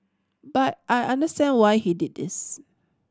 but I understand why he did this